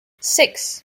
six